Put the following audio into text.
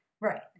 right